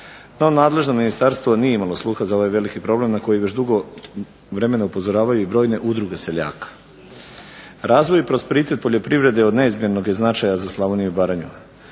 No nadležno ministarstvo nije imalo sluha za ovaj veliki probleme na koji već dugo vremena upozoravaju i brojne udruge seljaka. Razvoj i prosperitet poljoprivrede od neizmjernog je značaja za Slavoniju i Baranju.